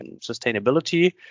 sustainability